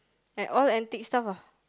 and all antique stuff ah